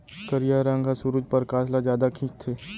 करिया रंग ह सुरूज परकास ल जादा खिंचथे